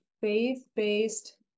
faith-based